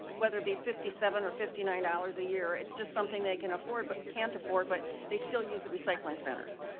whether it be fifty seven or fifty nine dollars a year, it's just something they can afford but can't afford. but they still use it. recycling centers.